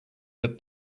that